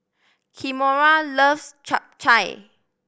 Kimora loves Chap Chai